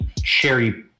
cherry